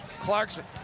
Clarkson